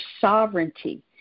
sovereignty